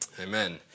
Amen